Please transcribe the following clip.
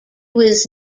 was